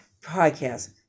podcast